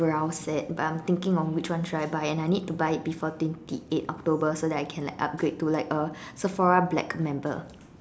brow set but I'm thinking of which one should I buy and I need to buy it before twenty eight October so that I can like upgrade to like a Sephora black member